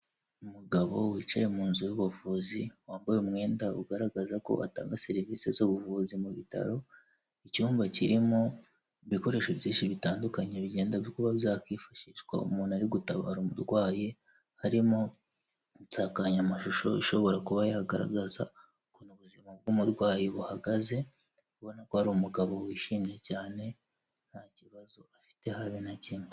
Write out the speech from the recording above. Umugabo wicaye mu nzu y'ubuvuzi, wambaye umwenda ugaragaza ko atanga serivisi z'ubuvuzi mu bitaro. Icyumba kirimo ibikoresho byinshi bitandukanye bigenda kuba byakwifashishwa umuntu ari gutabara umurwayi; harimo insankanyamashusho ishobora kuba yagaragaza ukuntu ubuzima bw'umurwayi buhagaze; ubona ko ari umugabo wishimye cyane, nta kibazo afite habe na kimwe.